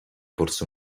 porse